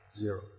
Zero